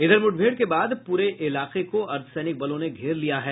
इधर मुठभेड़ के बाद पूरे इलाकों को अर्द्वसैनिक बलों ने घेर लिया है